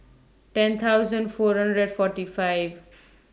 ten thousand four hundred and forty five